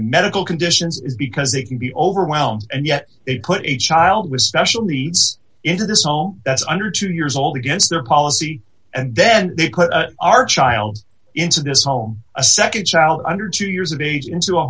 medical conditions is because they can be overwhelmed and yet they put a child with special needs into this hall that's under two years old against their policy and then they put our child into this home a nd challenger two years of age into a